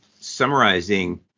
summarizing